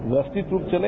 व्यवस्थित रूप चले